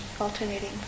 alternating